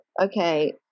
okay